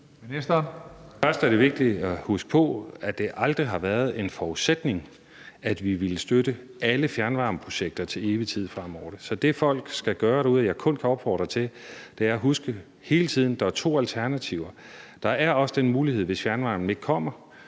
at det er vigtigt at huske på, at det aldrig har været en forudsætning, at vi ville støtte alle fjernvarmeprojekter til evig tid fremover. Så det, folk skal gøre derude, og som jeg kun kan opfordre til, er at huske, at der hele tiden er to alternativer. Der er også den mulighed, hvis fjernvarmen ikke kommer,